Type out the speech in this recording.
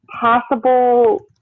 Possible